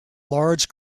large